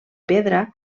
pedra